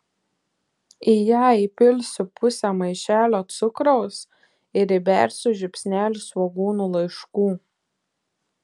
į ją įpilsiu pusę maišelio cukraus ir įbersiu žiupsnelį svogūnų laiškų